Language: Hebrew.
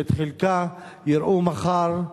שאת חלקה יראו מחר,